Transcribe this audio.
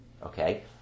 Okay